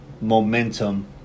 momentum